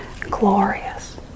glorious